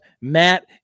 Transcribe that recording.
matt